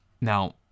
Now